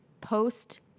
post